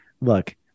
look